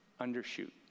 undershoot